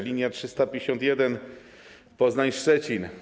Linia 351 Poznań - Szczecin.